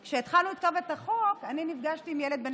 כשהתחלנו לכתוב את החוק, אני נפגשתי עם ילד בן